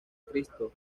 cristo